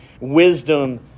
wisdom